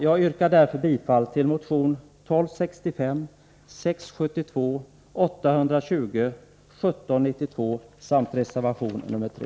Jag yrkar därför bifall till motionerna 1265, 672, 820 och 1792 samt reservation 3.